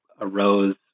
arose